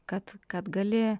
kad kad gali